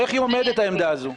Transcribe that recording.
איך היא עומדת, העמדה הזו?